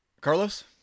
Carlos